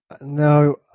No